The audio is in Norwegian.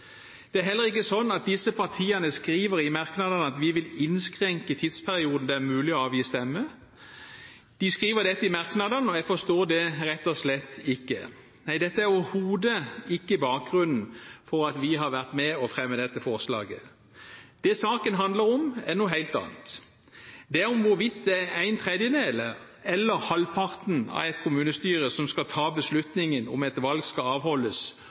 Det er heller ikke slik som disse partiene skriver i merknadene, at vi vil innskrenke tidsperioden det er mulig å avgi stemme. De skriver dette i merknadene, og jeg forstår det rett og slett ikke. Nei, dette er overhodet ikke bakgrunnen for at vi har vært med på å fremme dette forslaget. Det saken handler om, er noe helt annet, det er om hvorvidt det er en tredjedel eller halvparten av et kommunestyre som skal ta beslutningen om et valg skal avholdes